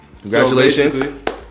congratulations